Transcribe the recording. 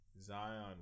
Zion